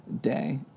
day